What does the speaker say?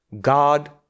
God